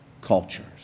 cultures